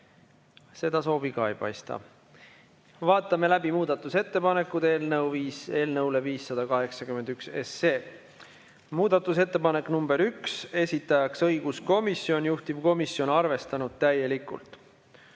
Seda soovi ka ei paista. Vaatame läbi muudatusettepanekud eelnõu 581 kohta. Muudatusettepanek nr 1, esitaja õiguskomisjon, juhtivkomisjon on arvestanud täielikult.